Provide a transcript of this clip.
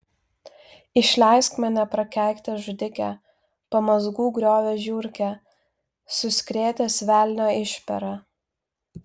išleisk mane prakeiktas žudike pamazgų griovio žiurke suskretęs velnio išpera